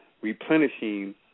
replenishing